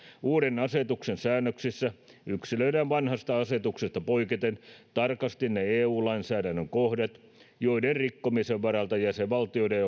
uuden asetuksen säännöksissä yksilöidään vanhasta asetuksesta poiketen tarkasti ne eu lainsäädännön kohdat joiden rikkomisen varalta jäsenvaltioiden